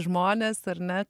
žmones ar ne